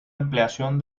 ampliación